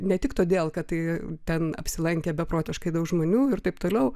ne tik todėl kad tai ten apsilankė beprotiškai daug žmonių ir taip toliau